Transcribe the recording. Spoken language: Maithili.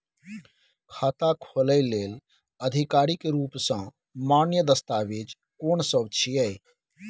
खाता खोले लेल आधिकारिक रूप स मान्य दस्तावेज कोन सब छिए?